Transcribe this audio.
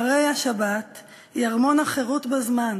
והרי השבת היא ארמון החירות בזמן,